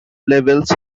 levels